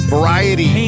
Variety